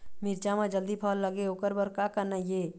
मिरचा म जल्दी फल लगे ओकर बर का करना ये?